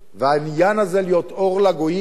והעניין הזה להיות אור לגויים.